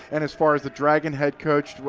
and as far as the dragon head coach,